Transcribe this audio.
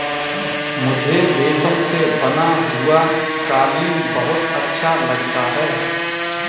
मुझे रेशम से बना हुआ कालीन बहुत अच्छा लगता है